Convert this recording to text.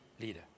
leader